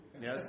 yes